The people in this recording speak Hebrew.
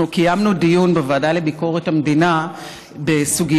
קיימנו דיון בוועדה לביקורת המדינה בסוגיית